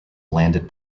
landed